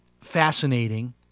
fascinating